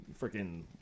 freaking